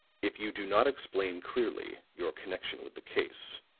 if you do not explain clearly your connection with the case.